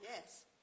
Yes